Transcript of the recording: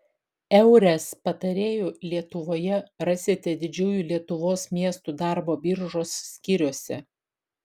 eures patarėjų lietuvoje rasite didžiųjų lietuvos miestų darbo biržos skyriuose